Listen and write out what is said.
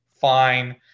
Fine